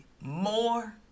more